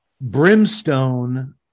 Brimstone